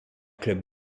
clubs